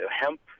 hemp